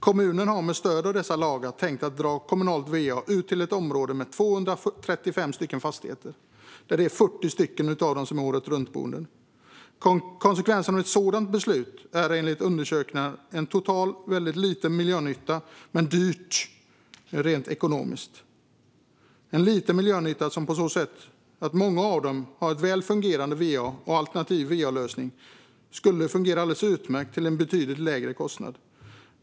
Kommunen har med stöd av dessa lagar tänkt dra kommunalt va ut till ett område med 235 fastigheter där 40 är åretruntboenden. Konsekvensen av ett sådant beslut är enligt undersökningar en väldigt liten total miljönytta, men det är dyrt rent ekonomiskt. Det är en liten miljönytta på så sätt att många av dem har ett väl fungerande va, och en alternativ va-lösning skulle fungera alldeles utmärkt till en betydligt lägre kostnad.